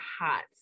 hot